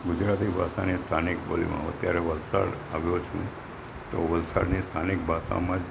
ગુજરાતી ભાષાની સ્થાનિક બોલીમાં હું અત્યારે વલસાડ આવ્યો છું તો વલસાડની સ્થાનિક ભાષામાં જ